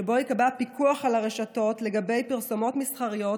שבו ייקבע פיקוח על הרשתות לגבי פרסומות מסחריות